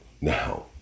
Now